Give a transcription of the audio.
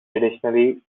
additionally